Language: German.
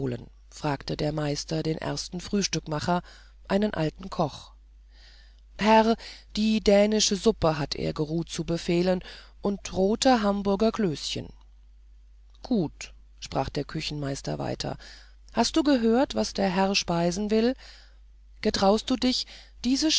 fragte der meister den ersten frühstückmacher einen alten koch herr die dänische suppe hat er geruht zu befehlen und rote hamburger klößchen gut sprach der küchenmeister weiter hast du gehört was der herr speisen will getraust du dich diese